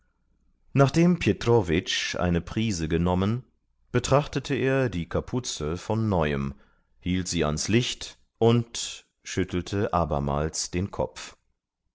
nachdem petrowitsch eine prise genommen betrachtete er die kapuze von neuem hielt sie ans licht und schüttelte abermals den kopf